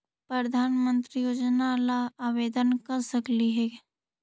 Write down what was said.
प्रधानमंत्री योजना ला आवेदन कर सकली हे?